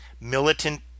militant